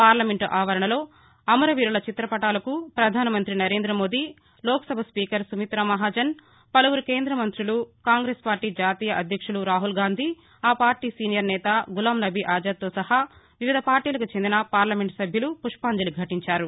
parliament ఆవరణలో అమరవీరుల చిత్రపటాలకు ప్రధానమంత్రి నరేంద్రమోదీ లోక్సభ స్పీకర్ సుమిత్రామహాజన్ పలువురు కేంద్ర మంతులు కాంగ్రెస్పార్టీ జాతీయ అధ్యక్షులు రాహుల్గాంధీ ఆ పార్టీ సీనియర్నేత గులాంనబీఆజాద్తో సహా వివిధ పార్టీలకు చెందిన పార్లమెంట్ సభ్యులు పుష్పాంజలి ఘటించారు